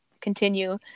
continue